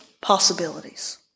possibilities